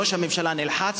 ראש הממשלה נלחץ,